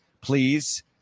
please